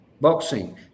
boxing